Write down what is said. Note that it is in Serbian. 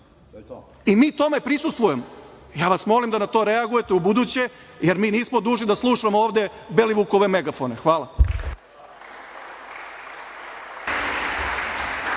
I mi tome prisustvujemo. Ja vas molim da na to reagujete ubuduće, jer mi nismo dužni da slušamo ovde Belivukove megafone. Hvala.